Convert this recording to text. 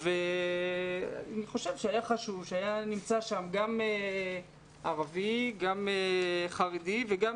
היה חשוב שהיה שם ערבי וחרדי וגם,